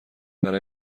برای